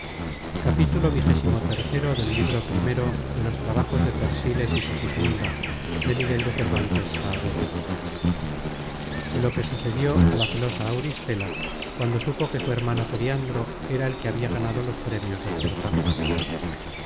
de lo que sucedió a la celosa auristela cuando supo que su hermano periandro era el que habia ganado los premios del certamen